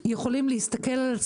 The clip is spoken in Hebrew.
כמה זמן אתה מפקח על המחירים?